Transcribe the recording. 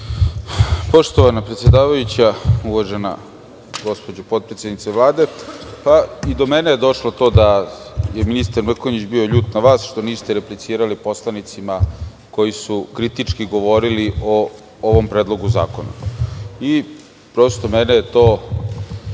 predsedavajuća, uvažena gospođo potpredsednice Vlade, i do mene je došlo to da je ministar Mrkonjić bio ljut na vas što niste replicirali poslanicima koji su kritički govorili o ovom predlogu zakona. Mene je to